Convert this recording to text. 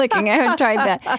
like i haven't tried that.